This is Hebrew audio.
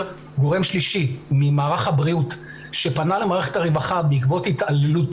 גורם שלישי ממערך הבריאות שפנה למערכת הרווחה בעקבות התעללות